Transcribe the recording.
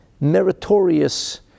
meritorious